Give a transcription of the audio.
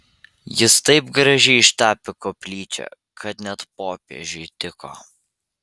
jis taip gražiai ištapė koplyčią kad net popiežiui tiko